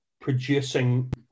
producing